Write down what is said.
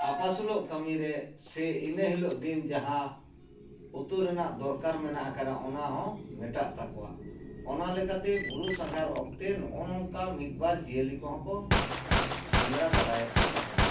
ᱟᱯᱟᱥᱩᱞᱚᱜ ᱠᱟᱹᱢᱤᱨᱮ ᱥᱮ ᱤᱱᱟᱹ ᱦᱤᱞᱳᱜ ᱫᱤᱱ ᱡᱟᱦᱟᱸ ᱩᱛᱩ ᱨᱮᱱᱟᱜ ᱫᱚᱨᱠᱟᱨ ᱢᱮᱱᱟᱜ ᱠᱟᱫᱼᱟ ᱚᱱᱟ ᱦᱚᱸ ᱢᱮᱴᱟᱜ ᱛᱟᱠᱚᱣᱟ ᱚᱱᱟ ᱞᱮᱠᱟᱛᱮ ᱵᱩᱨᱩ ᱥᱟᱸᱜᱷᱟᱨ ᱚᱠᱛᱮ ᱱᱚᱜᱼᱚ ᱱᱚᱝᱠᱟ ᱢᱤᱫᱼᱵᱟᱨ ᱡᱤᱭᱟᱹᱞᱤ ᱠᱚᱦᱚᱸ ᱠᱚ ᱥᱮᱸᱫᱽᱨᱟ ᱫᱟᱨᱟᱭᱮᱫ ᱠᱚ ᱛᱟᱦᱮᱱᱟ